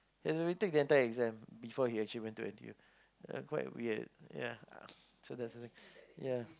he had to retake the entire exam before he actually went to N_T_U yeah quite weird yeah so that's the thing yeah